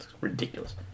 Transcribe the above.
Ridiculous